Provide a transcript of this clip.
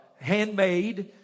handmade